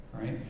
right